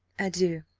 adieu,